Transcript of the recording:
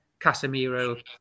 Casemiro